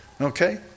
Okay